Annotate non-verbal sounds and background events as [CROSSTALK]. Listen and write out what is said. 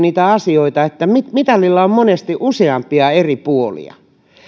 [UNINTELLIGIBLE] niitä asioita että mitalilla on monesti useampia eri puolia